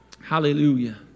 Hallelujah